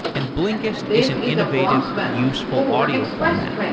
and blinkist is an innovative, useful audio format.